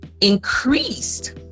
increased